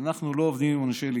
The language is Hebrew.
אנחנו לא עובדים עם אנשי ליכוד.